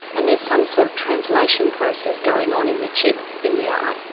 and there's some sort of translation process going on in the chip in the eye?